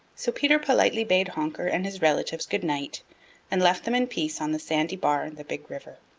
so peter politely bade honker and his relatives good-night and left them in peace on the sandy bar in the big river.